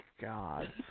God